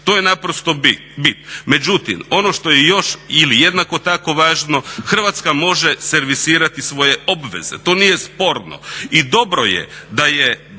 To je naprosto bit. Međutim, ono što je još ili jednako tako važno, Hrvatska može servisirati svoje obveze. To nije sporno i dobro je da je